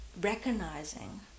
recognizing